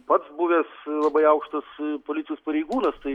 pats buvęs labai aukštus policijos pareigūnas tai